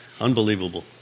Unbelievable